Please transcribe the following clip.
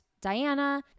Diana